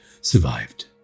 survived